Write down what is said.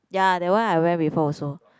ya that one I went before also